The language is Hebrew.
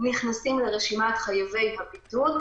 נכנסים לרשימת חייבי הבידוד,